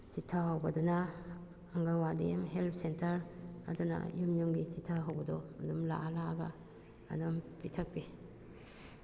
ꯆꯤꯊꯍꯧꯕꯗꯨꯅ ꯑꯪꯒꯜꯋꯥꯗꯤ ꯑꯃꯗꯤ health centre ꯑꯗꯨꯅ ꯌꯨꯝ ꯌꯨꯝꯒꯤ ꯆꯤꯊꯍꯧꯕꯗꯣ ꯑꯗꯨꯝ ꯂꯥꯛꯑ ꯂꯥꯛꯑꯒ ꯑꯗꯨꯝ ꯄꯤꯊꯛꯄꯤ